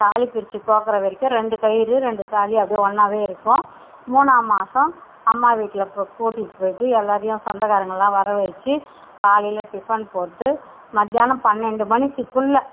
தாலிப்பிரித்து கோர்க்குறவரைக்கும் ரெண்டு கயிறு ரெண்டு தாலி அப்டே ஒன்னாகவே இருக்கும் மூணாம் மாதம் அம்மா வீட்டில் கூட்டிகிட்டு போய்ட்டு எல்லாரையும் சொந்தக்காரவங்களாம் வரவச்சு காலையில் டிஃபன் போட்டு மதியானம் பன்னெண்டு மணிக்கு குள்ளே